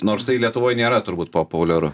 nors tai lietuvoj nėra turbūt populiaru